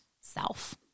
self